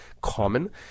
common